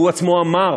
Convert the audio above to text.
והוא עצמו אמר